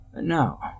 No